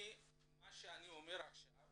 מה שאני אומר עכשיו